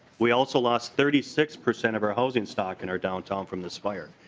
we also lost thirty six percent of our housing stock in our downtown from this fire.